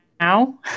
now